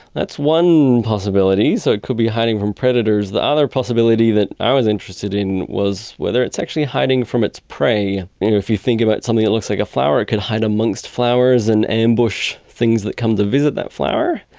that's one possibility, so it could be hiding from predators. the other possibility that i was interested in was whether it's actually hiding from its prey. you know, if you think about something that looks like a flower it can hide amongst flowers and ambush things that come to visit that flower.